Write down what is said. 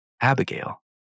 Abigail